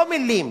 לא מלים,